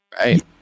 Right